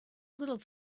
little